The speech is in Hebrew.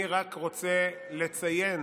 אני רק רוצה לציין